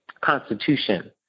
constitution